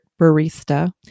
barista